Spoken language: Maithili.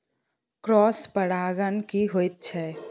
क्रॉस परागण की होयत छै?